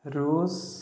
Russia